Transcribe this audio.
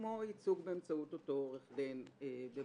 כמו ייצוג באמצעות אותו עורך דין בבג"ץ,